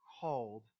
called